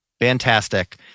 Fantastic